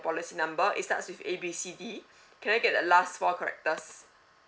policy number it starts with A B C D can I get the last four characters